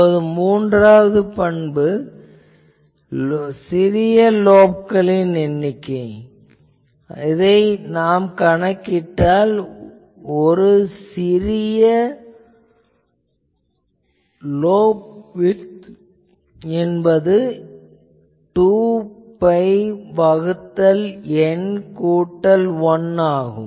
இப்போது மூன்றாவது பண்பு சிறிய லோப்களின் எண்ணிக்கை இதை நாம் கணக்கிட்டால் இது சிறிய லோப் விட்த் என்பது 2 பை வகுத்தல் N கூட்டல் 1 ஆகும்